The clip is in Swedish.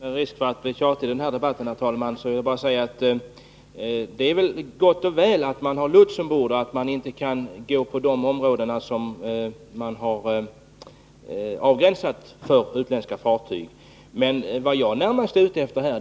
Herr talman! Med risk för att bli tjatig vill jag bara säga att det är gott och väl att man har lots ombord och att man inte kan gå in på områden som är avstängda för utländska fartyg. Men vad jag närmast tänker på är